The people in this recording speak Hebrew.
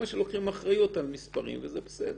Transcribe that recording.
לוקחים אחריות על מספרים וזה בסדר.